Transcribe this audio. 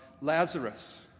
Lazarus